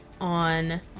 on